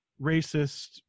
racist